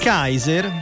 Kaiser